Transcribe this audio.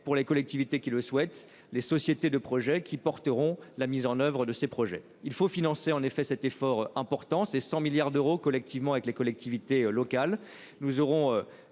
pour les collectivités qui le souhaitent, les sociétés de projets qui porteront la mise en oeuvre de ces projets. Il faut financer en effet cet effort important, c'est 100 milliards d'euros collectivement avec les collectivités locales